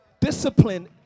Discipline